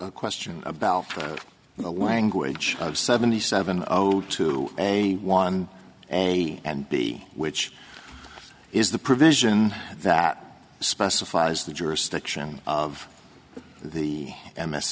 a question about the language of seventy seven o two a one a and b which is the provision that specifies the jurisdiction of the m s